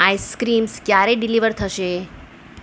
ice creams ક્યારે deliver થશે